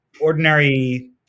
ordinary